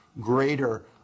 greater